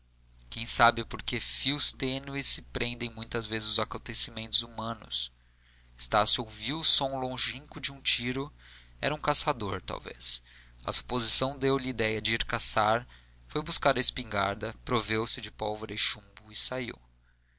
quem sabe por que fios tênues se prendem muitas vezes os acontecimentos humanos estácio ouviu o som longínquo de um tiro era algum caçador talvez a suposição deu-lhe idéia de ir caçar foi buscar a espingarda proveu se de pólvora e chumbo e saiu